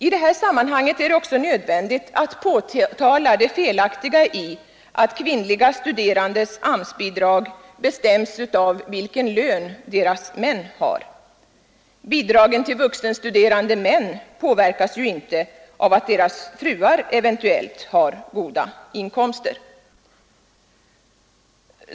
I detta sammanhang är det också nödvändigt att påtala det felaktiga i att kvinnliga studerandes AMS-bidrag bestäms av vilken lön deras män har. Bidragen till vuxenstuderande män påverkas inte av att deras fruar eventuellt har goda inkomster.